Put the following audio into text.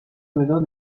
مداد